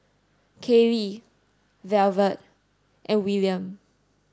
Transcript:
Kaylie Velvet and Willaim